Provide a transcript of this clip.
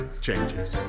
changes